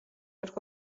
ერთ